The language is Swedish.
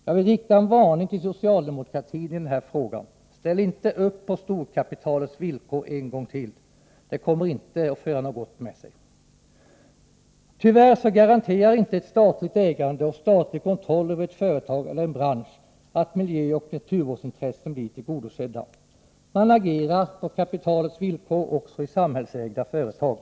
Jag vill rikta en varning till socialdemokraterna när det gäller den här frågan. Ställ inte upp på storkapitalets villkor en gång till — det kommer inte att föra något gott med sig! Tyvärr garanterar inte ett statligt ägande och en statlig kontroll över ett företag eller en bransch att miljöoch naturvårdsintressena blir tillgodosedda. Man agerar på kapitalets villkor också i samhällsägda företag.